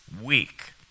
week